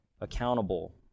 accountable